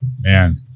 Man